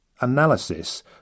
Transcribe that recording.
analysis